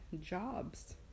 jobs